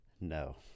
No